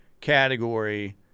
category